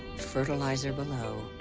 fertilizer below,